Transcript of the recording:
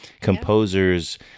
composers